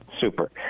Super